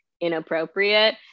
inappropriate